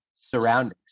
surroundings